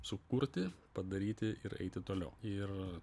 sukurti padaryti ir eiti toliau ir